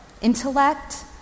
intellect